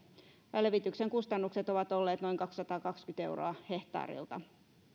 levityksen kustannukset ovat olleet noin kaksisataakaksikymmentä euroa hehtaarilta